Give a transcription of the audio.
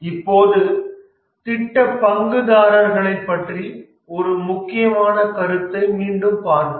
இப்போது திட்ட பங்குதாரர்களைப் பற்றிய ஒரு முக்கியமான கருத்தை மீண்டும் பார்ப்போம்